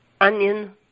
onion